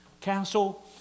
castle